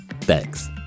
Thanks